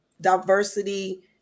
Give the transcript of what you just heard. diversity